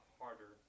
harder